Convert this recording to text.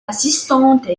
assistantes